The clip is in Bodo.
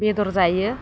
बेदर जायो